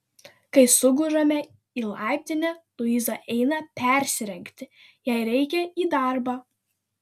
kai sugužame į laiptinę luiza eina persirengti jai reikia į darbą